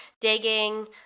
digging